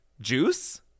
Juice